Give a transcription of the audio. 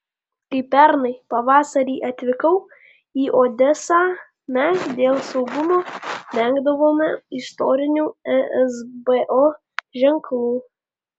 kai pernai pavasarį atvykau į odesą mes dėl saugumo vengdavome išorinių esbo ženklų